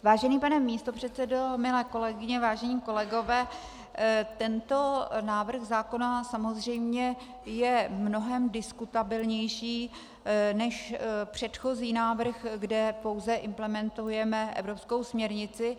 Vážený pane místopředsedo, milé kolegyně, vážení kolegové, tento návrh zákona je samozřejmě mnohem diskutabilnější než předchozí návrh, kde pouze implementujeme evropskou směrnici.